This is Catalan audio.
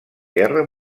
guerra